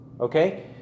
Okay